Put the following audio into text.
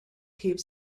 heaps